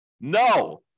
No